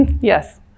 yes